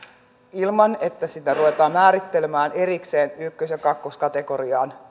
ilman että sairaanhoitopiirejä ruvetaan määrittelemään erikseen ykkös ja kakkoskategorioihin